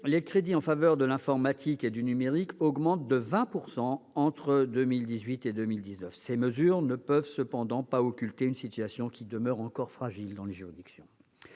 les crédits en faveur de l'informatique et du numérique augmentent de 20 % entre 2018 et 2019. Ces mesures ne peuvent cependant pas occulter une situation qui demeure encore fragile dans les juridictions.